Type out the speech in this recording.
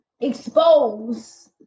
expose